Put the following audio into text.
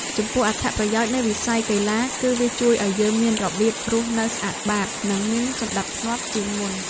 ចំពោះអត្ថប្រយោជន៍នៃវិន័យកីឡា គឺវាជួយឱ្យយើងមានរបៀបរស់នៅស្អាតបាត និងមានសណ្ដាប់ធ្នាប់ជាងមុន។